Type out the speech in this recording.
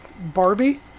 Barbie